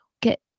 get